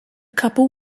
couple